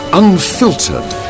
unfiltered